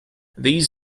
these